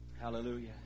Hallelujah